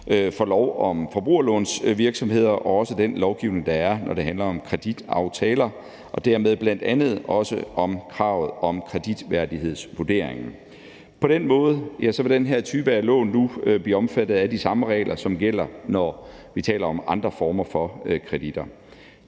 for lov om forbrugerlånsvirksomheder og også den lovgivning, der er, når det handler om kreditaftaler, og dermed bl.a. også om kravet om kreditværdighedsvurderingen. På den måde vil den her type af lån nu blive omfattet af de samme regler, som gælder, når vi taler om andre former for kreditter.